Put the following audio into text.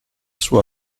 sua